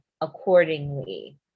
accordingly